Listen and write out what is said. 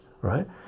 right